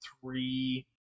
three